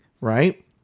right